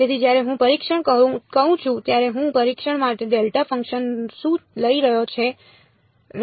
તેથી જ્યારે હું પરીક્ષણ કહું છું ત્યારે હું પરીક્ષણ માટે ડેલ્ટા ફંક્શન્સ શું લઈ રહ્યો છું